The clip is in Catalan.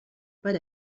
per